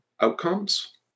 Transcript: outcomes